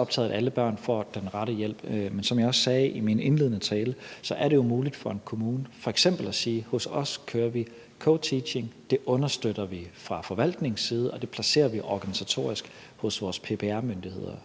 optaget af, at alle børn får den rette hjælp, men som jeg også sagde i min indledende tale, er det jo muligt for en kommune f.eks. at sige: Hos os kører vi co-teaching, det understøtter vi fra forvaltningens side, og det placerer vi organisatorisk hos vores PPR-myndigheder.